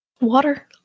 Water